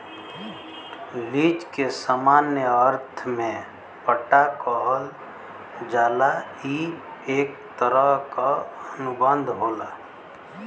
lease के सामान्य अर्थ में पट्टा कहल जाला ई एक तरह क अनुबंध होला